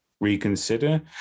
reconsider